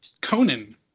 Conan